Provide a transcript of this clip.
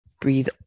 breathe